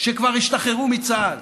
שכבר השתחררו מצה"ל